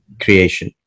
creation